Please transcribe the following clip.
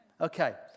okay